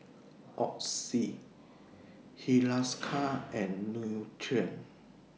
Oxy Hiruscar and Nutren